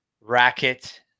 racket